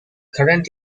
current